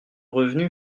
revenu